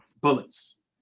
bullets